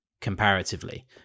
comparatively